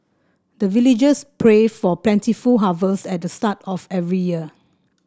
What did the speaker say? the villagers pray for plentiful harvest at the start of every year